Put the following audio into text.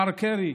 מר קרי,